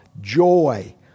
joy